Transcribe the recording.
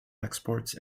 exports